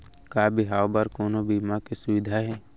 का बिहाव बर कोनो बीमा के सुविधा हे?